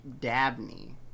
Dabney